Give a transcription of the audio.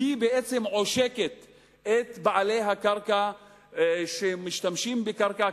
היא בעצם עושקת את בעלי הקרקע שמשתמשים בקרקע,